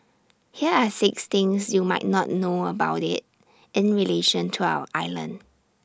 here are six things you might not know about IT in relation to our island